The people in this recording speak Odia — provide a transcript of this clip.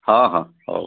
ହଁ ହଁ ହେଉ